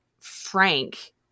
Frank